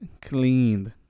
Cleaned